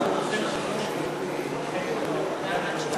אני אסביר